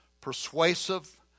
persuasive